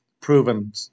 proven